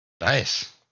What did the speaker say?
nice